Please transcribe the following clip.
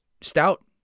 stout